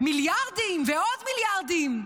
מיליארדים ועוד מיליארדים.